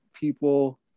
people